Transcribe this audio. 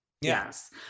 Yes